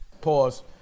Pause